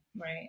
Right